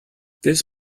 this